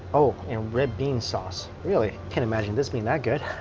oh and red bean sauce, really? can't imagine this being that good